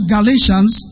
Galatians